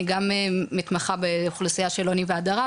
אני גם מתמחה באוכלוסייה של עוני והדרה,